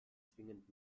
zwingend